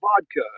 vodka